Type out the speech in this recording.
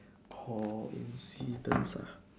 coincidence ah